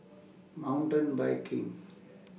Mountain Biking